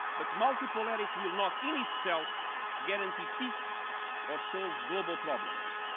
but multipolarity will not, in itself, guarantee peace or solve global problems.